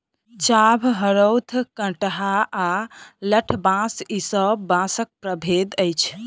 चाभ, हरोथ, कंटहा आ लठबाँस ई सब बाँसक प्रभेद अछि